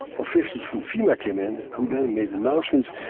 officials from fema came in, who then made announcements,